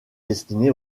destiné